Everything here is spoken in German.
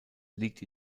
liegt